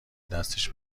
دستش